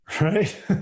Right